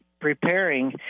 preparing